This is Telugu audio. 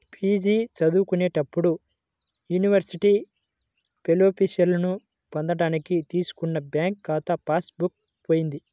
పీ.జీ చదువుకునేటప్పుడు యూనివర్సిటీ ఫెలోషిప్పులను పొందడానికి తీసుకున్న బ్యాంకు ఖాతా పాస్ బుక్ పోయింది